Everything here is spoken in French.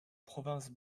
province